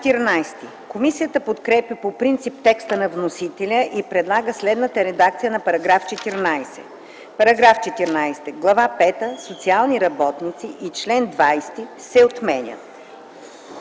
Комисията подкрепя по принцип текста на вносителя и предлага следната редакция на § 14: „§ 14. Глава пета „Социални работници” и чл. 20 се отменят.”